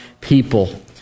people